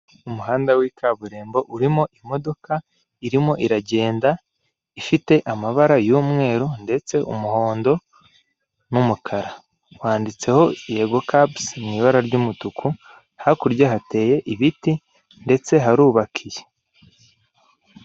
Umuhanda w'ikaburimbo urimo imodoka irimo iragenda, ifite amabara y'umweru, ndetse umuhondo, n'umukara wanditseho yego cabuzi mu ibara ry'umutuku, hakurya hateye ibiti ndetse harubakiye.